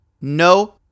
No